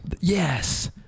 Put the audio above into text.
Yes